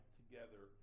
together